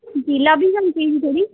जी lobby बी होनी चाहिदी थोह्ड़ी